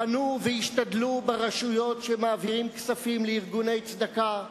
פנו והשתדלו ברשויות שמעבירות כספים לארגוני צדקה,